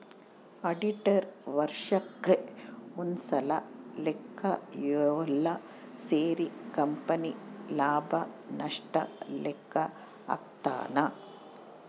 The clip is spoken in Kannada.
ಆಡಿಟರ್ ವರ್ಷಕ್ ಒಂದ್ಸಲ ಲೆಕ್ಕ ಯೆಲ್ಲ ಸೇರಿ ಕಂಪನಿ ಲಾಭ ನಷ್ಟ ಲೆಕ್ಕ ಹಾಕ್ತಾನ